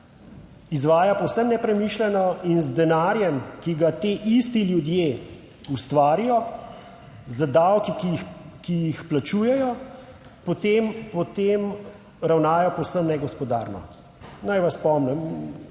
izvaja povsem nepremišljeno in z denarjem, ki ga ti isti ljudje ustvarijo, z davki, ki jih plačujejo, potem ravnajo povsem negospodarno. Naj vas spomnim